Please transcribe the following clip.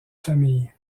famille